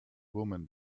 woman